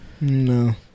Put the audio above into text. No